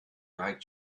right